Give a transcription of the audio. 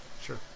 sure